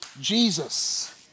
Jesus